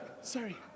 sorry